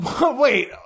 Wait